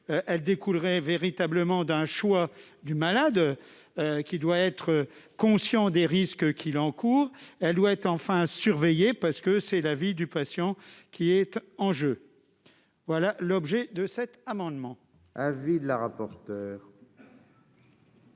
elle découlerait véritablement d'un choix du malade qui doit être conscient des risques qu'il encourt, elle doit être enfin surveiller parce que c'est la vie du patient qui est en jeu, voilà l'objet de cet amendement.